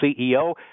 CEO